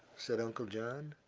said uncle john.